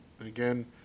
again